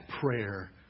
prayer